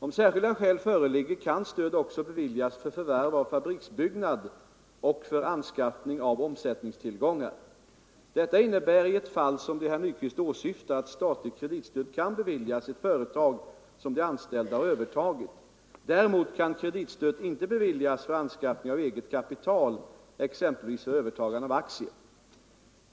Om särskilda skäl föreligger kan stöd också beviljas för förvärv av fabriksbyggnad och för anskaffning av omsättningstillgångar. Detta innebär i ett fall som det herr Nyquist åsyftar att statligt kreditstöd kan beviljas ett företag som de anställda har övertagit. Däremot kan kreditstöd inte beviljas för anskaffning av eget kapital, exempelvis för övertagande av aktier.